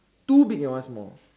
two big and small